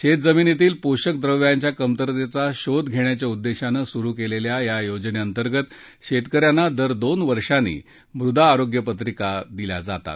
शेत जमिनीतील पोषक द्रव्यांच्या कमतरतेचा शोध घेण्याच्या उद्देशानं सुरु केलेल्या या योजनेअंतर्गत शेतकऱ्यांना दर दोन वर्षांनी मृदा आरोग्य पत्रिका दिल्या जातात